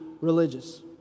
religious